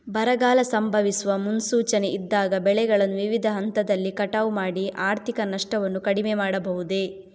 ಬರಗಾಲ ಸಂಭವಿಸುವ ಮುನ್ಸೂಚನೆ ಇದ್ದಾಗ ಬೆಳೆಗಳನ್ನು ವಿವಿಧ ಹಂತದಲ್ಲಿ ಕಟಾವು ಮಾಡಿ ಆರ್ಥಿಕ ನಷ್ಟವನ್ನು ಕಡಿಮೆ ಮಾಡಬಹುದೇ?